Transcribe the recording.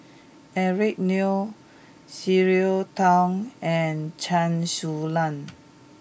Eric Neo Cleo Thang and Chen Su Lan